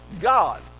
God